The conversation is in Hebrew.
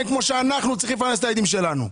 כמו שאנחנו צריכים לפרנס את הילדים שלנו.